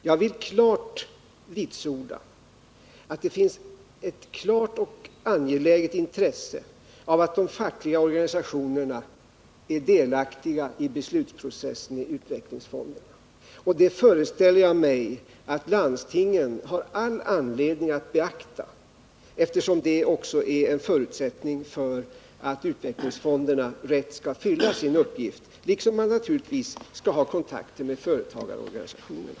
Jag vill vitsorda att det finns ett klart och angeläget intresse för att de fackliga organisationerna är delaktiga i beslutsprocessen i utvecklingsfonderna. Det föreställer jag mig att landstingen har all anledning att beakta, eftersom detta också är en förutsättning för att utvecklingsfonderna rätt skall kunna fylla sin uppgift, liksom att man i fondstyrelserna naturligtvis även skall ha kontakter med företagarorganisationerna.